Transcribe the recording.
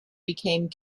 became